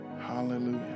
Hallelujah